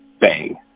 bang